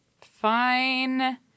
Fine